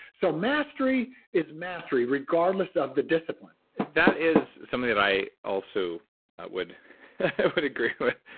so mastery is mastery regardless of the discipline that is something that i also would but agree with.